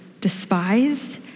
despised